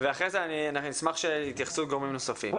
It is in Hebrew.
ואחר כך אני אשמח להתייחסות גורמים נוספים.